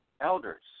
elders